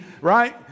right